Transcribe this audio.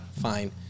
Fine